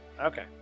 Okay